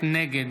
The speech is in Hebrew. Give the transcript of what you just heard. נגד